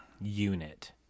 unit